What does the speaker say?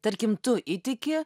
tarkim tu įtiki